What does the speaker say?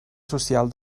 social